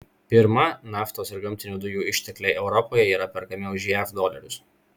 pirma naftos ir gamtinių dujų ištekliai europoje yra perkami už jav dolerius